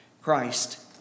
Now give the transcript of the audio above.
Christ